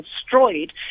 destroyed